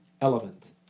element